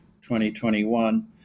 2021